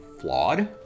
flawed